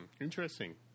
Interesting